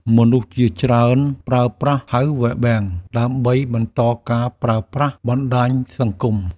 មនុស្សជាច្រើនប្រើប្រាស់ Power Bank ដើម្បីបន្តការប្រើប្រាស់បណ្តាញសង្គម។